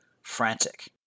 Frantic